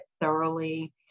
thoroughly